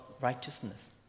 righteousness